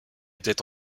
était